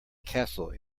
castle